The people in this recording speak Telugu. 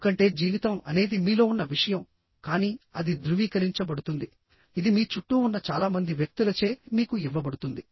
ఎందుకంటే జీవితం అనేది మీలో ఉన్న విషయం కానీ అది ధృవీకరించబడుతుంది ఇది మీ చుట్టూ ఉన్న చాలా మంది వ్యక్తులచే మీకు ఇవ్వబడుతుంది